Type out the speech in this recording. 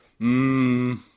Mmm